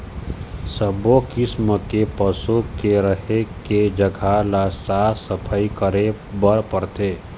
सब्बो किसम के पशु के रहें के जघा ल साफ सफई करे बर परथे